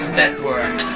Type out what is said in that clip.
network